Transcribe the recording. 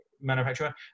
manufacturer